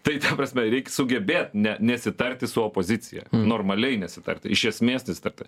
tai ta prasme reik sugebėt ne nesitarti su opozicija normaliai nesitarti iš esmės susitarti